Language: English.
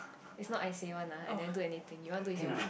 it's not I say one ah I never do anything you want do is your